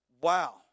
Wow